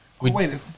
Wait